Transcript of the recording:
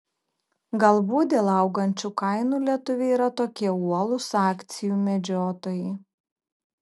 galbūt dėl augančių kainų lietuviai yra tokie uolūs akcijų medžiotojai